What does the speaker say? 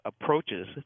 approaches